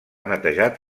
netejat